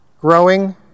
growing